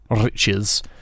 riches